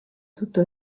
tutto